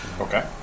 Okay